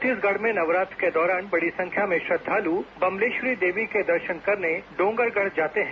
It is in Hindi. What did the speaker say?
छत्तीसगढ़ में नवरात्र के दौरान बड़ी संख्या में श्रद्वालु बम्लेश्वरी देवी के दर्शन करने डोंगरगढ़ जाते हैं